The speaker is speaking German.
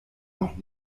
noch